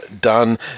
done